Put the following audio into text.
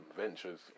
ventures